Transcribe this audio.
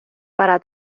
para